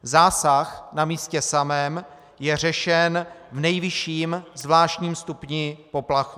Zásah na místě samém je řešen v nejvyšším zvláštním stupni poplachu.